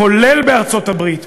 כולל בארצות-הברית,